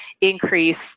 increase